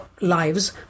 lives